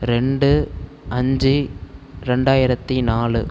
ரெண்டு அஞ்சு ரெண்டாயிரத்தி நாலு